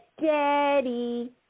Daddy